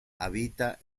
habita